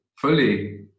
fully